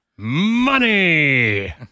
Money